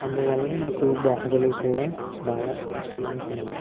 అందువల్ల నాకు బాహుబలి కూడా బాగా ఇష్టమైన సినిమా